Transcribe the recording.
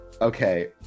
Okay